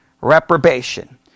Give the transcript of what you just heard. Reprobation